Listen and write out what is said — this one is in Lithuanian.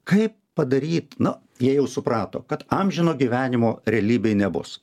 kaip padaryt na jie jau suprato kad amžino gyvenimo realybėj nebus